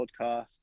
Podcast